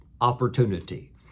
opportunity